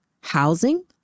housing